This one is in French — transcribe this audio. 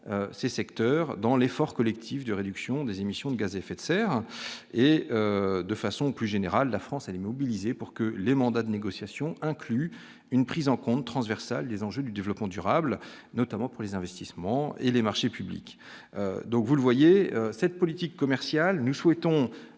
ces secteurs dans l'effort collectif de réduction des émissions de gaz à effet de serre, et de façon plus générale, la France est mobilisée pour que le mandat de négociation incluent une prise en compte transversal des enjeux du développement durable, notamment pour les investissements et les marchés publics, donc vous le voyez, cette politique commerciale, nous souhaitons